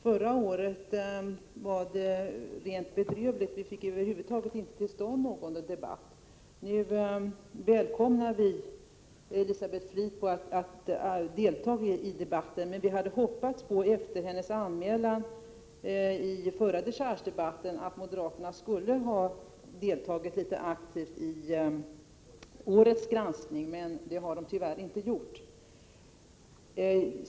Förra året var det rent bedrövligt. Vi fick över huvud taget inte till stånd någon debatt. Nu välkomnar vi Elisabeth Fleetwood att delta i debatten. Men vi hade, efter hennes anmälan i förra dechargedebatten, hoppats på att moderaterna skulle ha deltagit aktivt i årets granskning. Det har de tyvärr inte gjort.